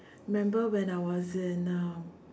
remember when I was in um